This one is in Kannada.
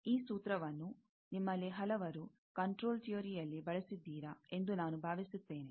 ಈ ಸೂತ್ರವನ್ನು ನಿಮ್ಮಲ್ಲಿ ಹಲವರು ಕಂಟ್ರೋಲ್ ಥಿಯರಿ ಯಲ್ಲಿ ಬಳಸಿದ್ದೀರಾ ಎಂದು ನಾನು ಭಾವಿಸುತ್ತೇನೆ